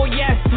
yes